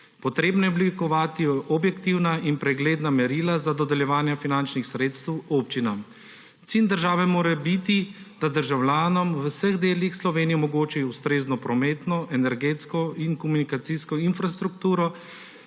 Treba je oblikovati objektivna in pregledna merila za dodeljevanje finančnih sredstev občinam. Cilj države mora biti, da državljanom v vseh delih Slovenije omogoči ustrezno prometno, energetsko in komunikacijsko infrastrukturo